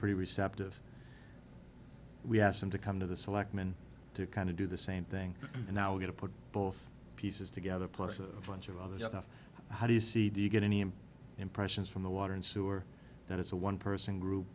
pretty receptive we asked them to come to the selectmen to kind of do the same thing and now we're going to put both pieces together plus a bunch of other stuff how do you see do you get any and impressions from the water and sewer that it's a one person group